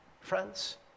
friends